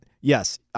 yes